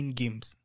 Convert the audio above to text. games